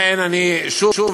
לכן, אני שוב